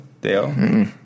Dale